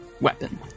weapon